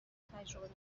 تجربه